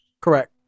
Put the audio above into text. Correct